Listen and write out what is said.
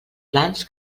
plans